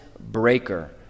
breaker